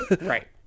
Right